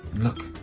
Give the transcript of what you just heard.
look!